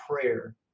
prayer